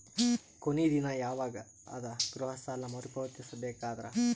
ಕೊನಿ ದಿನ ಯವಾಗ ಅದ ಗೃಹ ಸಾಲ ಮರು ಪಾವತಿಸಬೇಕಾದರ?